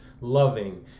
loving